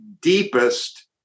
deepest